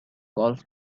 golf